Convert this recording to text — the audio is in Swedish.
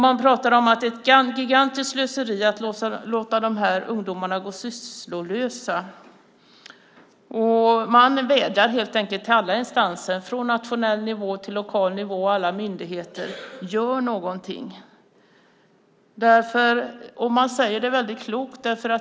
Man pratar om att det är ett gigantiskt slöseri att låta de här ungdomarna gå sysslolösa, och man vädjar helt enkelt till alla instanser, från nationell nivå till lokal nivå, och alla myndigheter: Gör någonting! Man säger det väldigt klokt.